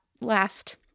last